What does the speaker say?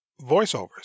voiceovers